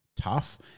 tough